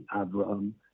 abraham